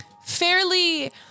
fairly